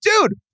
dude